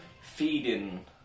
Feeding